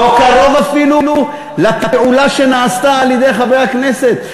לא קרוב אפילו לפעולה שנעשתה על-ידי חברי הכנסת.